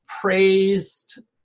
praised